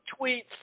tweets